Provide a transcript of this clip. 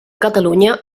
catalunya